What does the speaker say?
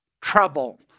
trouble